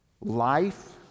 Life